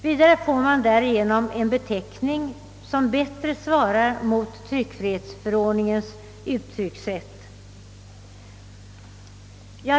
Vidare får man därigenom en beteckning som bättre svarar mot tryckfrihetsförordningens uttryckssätt.